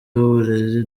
w’uburezi